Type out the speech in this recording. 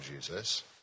Jesus